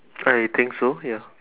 I think so ya